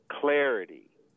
clarity